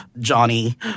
Johnny